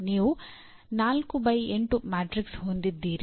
ನೀವು 4 by 8 matrix ಹೊಂದಿದ್ದೀರಿ